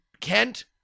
Kent